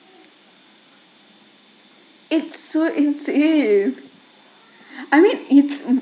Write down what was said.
it's so insane I mean it's